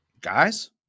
Guys